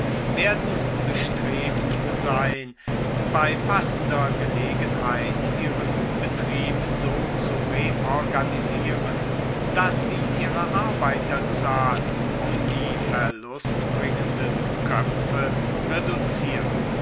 werden bestrebt sein bei passender gelegenheit ihren betrieb so zu reorganisieren daß sie ihre arbeiterzahl um die verlustbringenden köpfe reduzieren